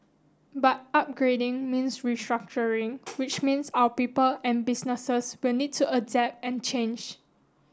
but upgrading means restructuring which means our people and businesses will need to adapt and change